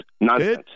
Nonsense